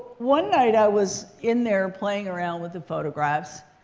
one night, i was in there playing around with the photographs.